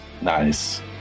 Nice